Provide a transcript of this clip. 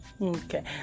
Okay